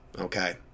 okay